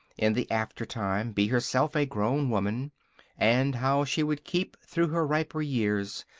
in the after-time, be herself a grown woman and how she would keep, through her riper years,